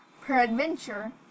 peradventure